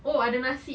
oh ada nasi